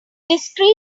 discrete